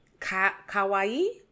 kawaii